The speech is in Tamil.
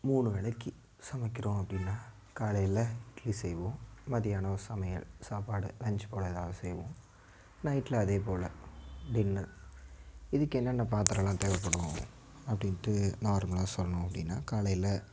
மூணு வேளைக்கு சமைக்கிறோம் அப்படின்னா காலையில் இட்லி செய்வோம் மத்தியானம் சமையல் சாப்பாடு லன்ச் போல் எதாவது செய்வோம் நைட்டில் அதேப்போல் டின்னர் இதுக்கு என்னென்ன பாத்திரமெலாம் தேவைப்படும் அப்படின்ட்டு நார்மலாக சொல்லணும் அப்படின்னா காலையில்